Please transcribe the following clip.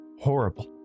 Horrible